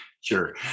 Sure